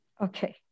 Okay